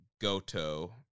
Goto